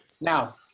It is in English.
Now